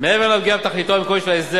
מעבר לפגיעה בתכליתו המקורית של ההסדר